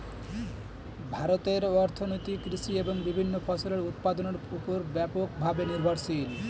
ভারতের অর্থনীতি কৃষি এবং বিভিন্ন ফসলের উৎপাদনের উপর ব্যাপকভাবে নির্ভরশীল